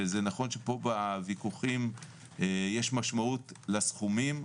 וזה נכון שפה בוויכוחים יש משמעות לסכומים,